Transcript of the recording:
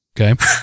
Okay